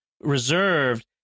reserved